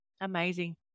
Amazing